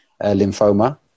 lymphoma